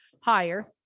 higher